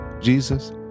Jesus